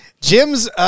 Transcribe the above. Jim's